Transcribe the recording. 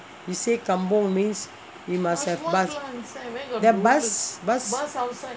you say kampung means you must have bus the bus bus